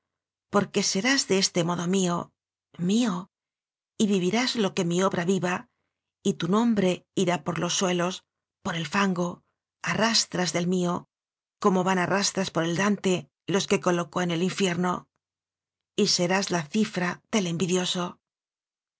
porque serás de este modo mío mío y vivirás lo que mi obra viva y tu nombre irá por los suelos pór el fango a rastras del mío como van arrastra dos por el dante iqs que colocó en el in fierno y serás la cifra del envidioso